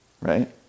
right